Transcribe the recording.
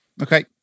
Okay